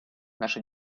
наша